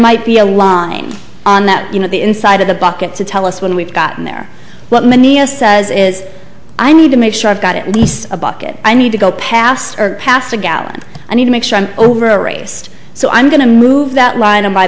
might be a lie on that you know the inside of the bucket to tell us when we've gotten there what many a says is i need to make sure i've got at least a bucket i need to go past or past a gallon i need to make sure i'm over a race so i'm going to move that line